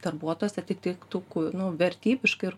darbuotojas atliktų nu vertybiškai ir